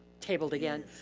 tabled again.